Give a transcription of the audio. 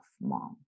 mom